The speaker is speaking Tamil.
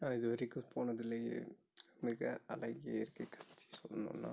நான் இது வரைக்கும் போனதுலேயே மிக அழகிய இயற்கை காட்சி சொல்லணும்னா